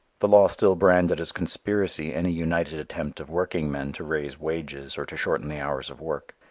the law still branded as conspiracy any united attempt of workingmen to raise wages or to shorten the hours of work.